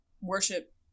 worship